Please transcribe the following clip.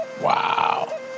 Wow